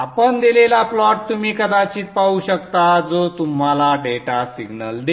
आपण दिलेला प्लॉट तुम्ही कदाचित पाहू शकता जो तुम्हाला डेटा सिग्नल देईल